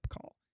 call